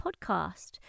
podcast